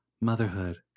motherhood